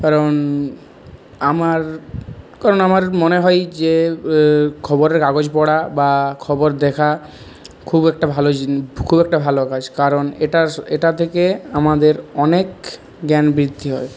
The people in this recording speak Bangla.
কারণ আমার কারণ আমার মনে হয় যে খবরের কাগজ পড়া বা খবর দেখা খুব একটা ভালো খুব একটা ভালো কাজ কারণ এটা এটা থেকে আমাদের অনেক জ্ঞান বৃদ্ধি হয়